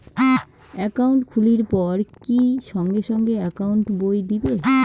Account খুলির পর কি সঙ্গে সঙ্গে একাউন্ট বই দিবে?